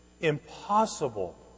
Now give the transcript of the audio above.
impossible